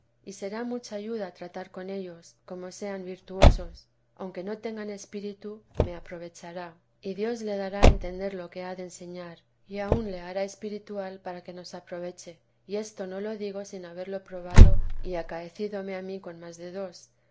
y será mucha ayuda tratar con ellos como sean virtuosos aunque no tengan espíritu me aprovechará y dios le dará a entender lo que ha de enseñar y aun le hará espiritual para que nos aproveche y esto no lo digo sin haberlo probado y acaecídome a mí con más de dos